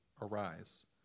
arise